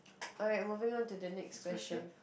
alright moving on to the next question